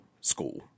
school